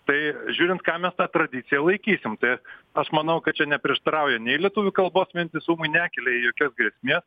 tai žiūrint ką mes ta tradicija laikysim tai aš manau kad čia neprieštarauja nei lietuvių kalbos vientisumui nekelia jokios grėsmės